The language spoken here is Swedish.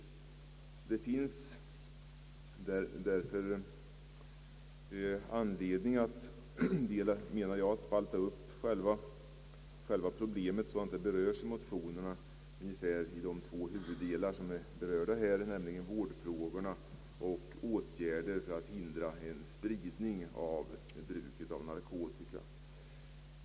Därför finns anledning att spalta upp Pproblemet i motionerna i två huvuddelar, nämligen vårdfrågorna och åtgärder för att hindra en spridning av bruket av narkotika.